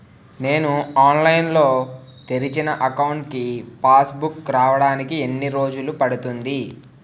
నేను ఆన్లైన్ లో తెరిచిన అకౌంట్ కి పాస్ బుక్ రావడానికి ఎన్ని రోజులు పడుతుంది?